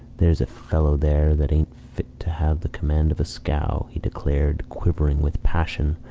theres a fellow there that aint fit to have the command of a scow, he declared, quivering with passion,